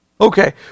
okay